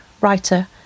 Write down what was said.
writer